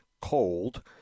cold